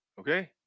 okay